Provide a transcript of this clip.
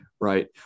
Right